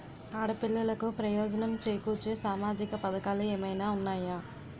ఆడపిల్లలకు ప్రయోజనం చేకూర్చే సామాజిక పథకాలు ఏమైనా ఉన్నాయా?